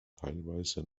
teilweise